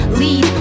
lead